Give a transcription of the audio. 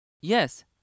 Yes